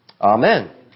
Amen